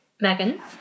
Megan